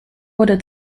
wurde